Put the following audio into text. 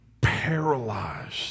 paralyzed